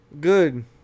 good